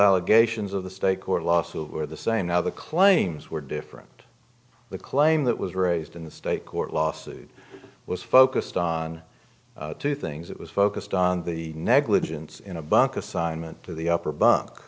allegations of the state court lawsuit were the same now the claims were different the claim that was raised in the state court lawsuit was focused on two things it was focused on the negligence in a bunker assignment to the upper bunk